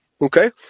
okay